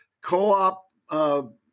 co-op